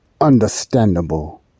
understandable